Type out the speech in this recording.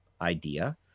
idea